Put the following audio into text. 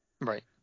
Right